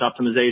optimization